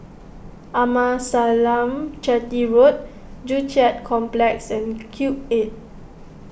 Amasalam Chetty Road Joo Chiat Complex and Cube eight